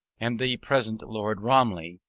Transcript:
and the present lord romilly,